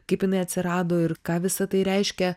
kaip jinai atsirado ir ką visa tai reiškia